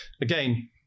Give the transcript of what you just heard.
Again